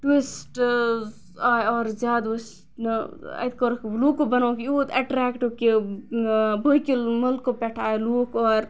tourist آے اور زیادٕ وٕچھنہ اَتہِ کورُکھ لُوکَو بَنوو یوتۍ اَٹریکٹِو کہ بٲقٕے مُلکو پیٹھ آے لُکھ اور